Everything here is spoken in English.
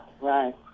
right